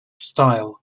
style